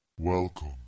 Welcome